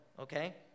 okay